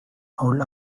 old